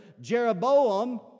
Jeroboam